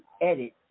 edit